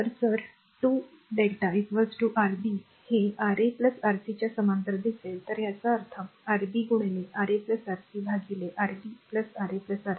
तर जर2 lrmΔ Rb हे Ra Rcच्या समांतर दिसेल तर याचा अर्थ Rb गुणिले Ra Rc भागिले Rb Ra Rc